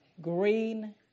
green